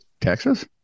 Texas